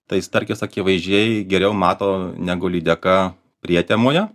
tai starkis akivaizdžiai geriau mato negu lydeka prietemoje